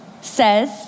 says